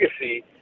legacy